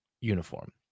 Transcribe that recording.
uniform